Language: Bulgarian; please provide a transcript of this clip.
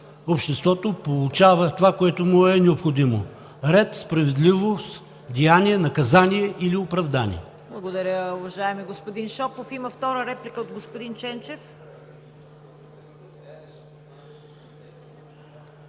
обществото получава това, което му е необходимо – ред, справедливост, деяние, наказание или оправдание. ПРЕДСЕДАТЕЛ ЦВЕТА КАРАЯНЧЕВА: Благодаря, уважаеми господин Шопов. Има втора реплика от господин Ченчев.